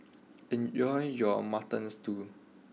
enjoy your Mutton Stew